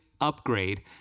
upgrade